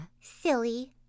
Silly